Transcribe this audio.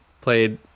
played